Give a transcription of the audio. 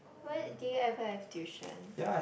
where did you ever have tuition